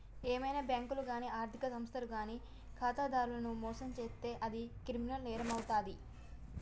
ఏవైనా బ్యేంకులు గానీ ఆర్ధిక సంస్థలు గానీ ఖాతాదారులను మోసం చేత్తే అది క్రిమినల్ నేరమవుతాది